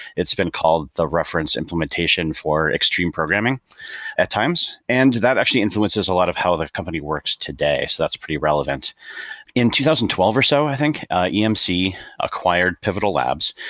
it's been called the reference implementation for extreme programming at times, and that actually influences a lot of how their company works today. that's pretty relevant in two thousand and twelve or so, i think yeah emc acquired pivotal labs,